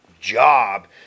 job